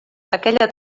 aquella